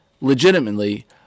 legitimately